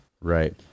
Right